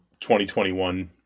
2021